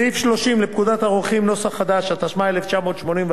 סעיף 30 לפקודת הרוקחים , התשמ"א 1981,